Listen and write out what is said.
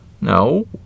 No